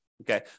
okay